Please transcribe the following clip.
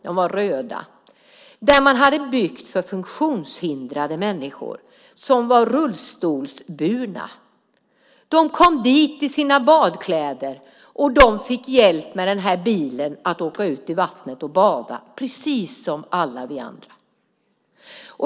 Detta hade man byggt för funktionshindrade människor som var rullstolsburna. De kom dit i sina badkläder och fick hjälp med bilen att åka ut i vattnet och bada precis som alla vi andra.